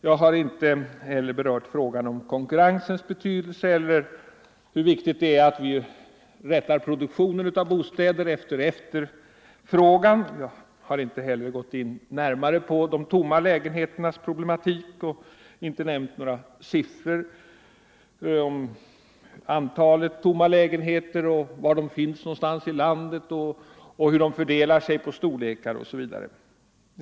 Jag har inte heller berört frågan om konkurrensens betydelse eller hur viktigt det är att rätta produktionen av bostäder efter efterfrågan. Jag har inte gått in närmare på de tomma lägenheternas problematik och inte nämnt några uppgifter om antalet tomma lägenheter, var i landet de finns samt hur de fördelar sig på olika lägenhetsstorlekar osv.